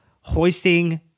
hoisting